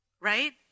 Right